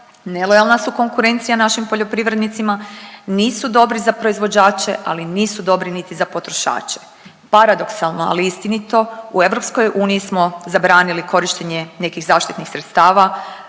nelojalna su konkurencija našim poljoprivrednicima, nisu dobri za proizvođače ali nisu dobri niti za potrošače. Paradoksalno ali istinito u EU smo zabranili korištenje nekih zaštitnih sredstava,